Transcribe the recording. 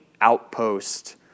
outpost